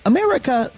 America